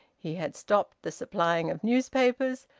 he had stopped the supplying of newspapers,